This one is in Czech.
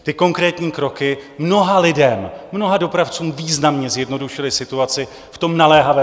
Ty konkrétní kroky mnoha lidem, mnoha dopravcům významně zjednodušily situaci v tom naléhavém okamžiku.